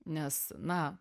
nes na